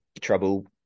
trouble